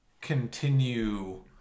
continue